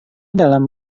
dalam